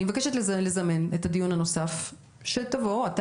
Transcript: אני מבקשת לזמן את הדיון הנוסף שאליו תבואו אתה